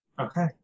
Okay